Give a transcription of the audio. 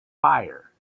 fire